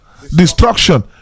destruction